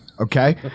Okay